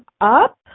up